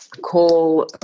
call